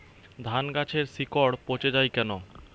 ধানগাছের শিকড় পচে য়ায় কেন?